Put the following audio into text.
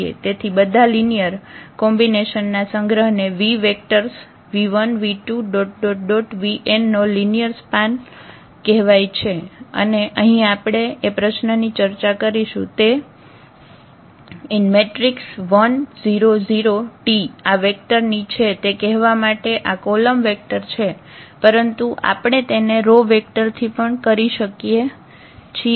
તેથી બધા લિનિયર કોમ્બિનેશનના સંગ્રહ ને V વેક્ટર્સ 𝑣1 𝑣2 𝑣𝑛 નો લિનિયર સ્પાન કહેવાય છે અને અહીં આપણે જે પ્રશ્નની ચર્ચા કરીશું તે 1 0 0𝑇 આ વેક્ટર ની છે તે કહેવા માટે કે આ કોલમ વેક્ટર છે પરંતુ આપણે તેને રો વેક્ટર થી પણ કરી શકીએ છીએ